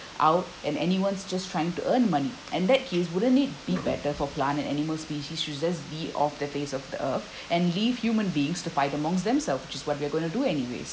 out and anyone's just trying to earn money and in that case wouldn't it be better for plant and animal species to just be off the face of the earth and leave human beings to fight amongst themselves which is what where we are going to do anyways